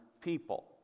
people